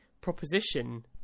proposition